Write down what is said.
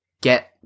get